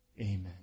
Amen